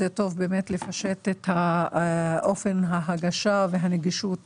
זה טוב לפשט את אופן ההגשה והנגישות